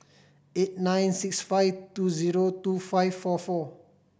eight nine six five two zero two five four four